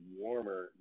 warmer